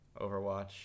Overwatch